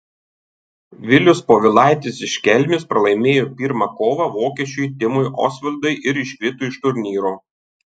vilius povilaitis iš kelmės pralaimėjo pirmą kovą vokiečiui timui osvaldui ir iškrito iš turnyro